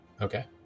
Okay